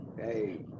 hey